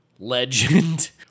Legend